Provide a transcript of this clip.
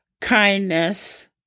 kindness